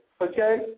Okay